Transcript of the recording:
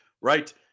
right